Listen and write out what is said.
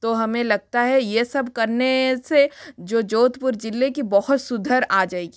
तो हमें लगता है ये सब करने से जो जोधपुर जिले की बहुत सुधार आ जाएगी